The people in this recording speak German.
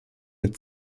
mit